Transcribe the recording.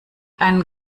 einen